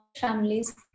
families